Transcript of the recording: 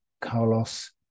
carlos